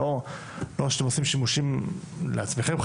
לא שאתם עושים שימושים לעצמכם,